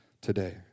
today